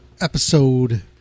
episode